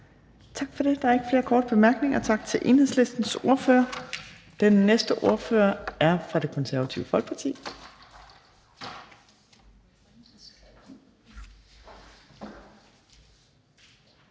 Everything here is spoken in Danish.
Torp): Der er ikke flere korte bemærkninger, så tak til Enhedslistens ordfører. Den næste ordfører er fra Det Konservative Folkeparti,